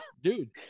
dude